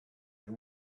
and